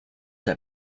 had